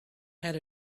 had